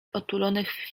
otulonych